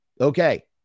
okay